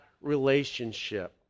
relationship